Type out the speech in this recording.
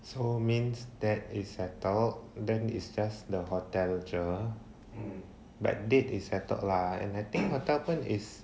so means that is settled then it's just the hotel jer but date is settled lah and I think makan pun is